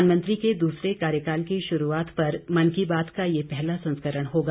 प्रधानमंत्री के दूसरे कार्यकाल की शुरूआत पर मन की बात का यह पहला संस्करण होगा